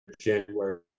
January